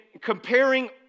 comparing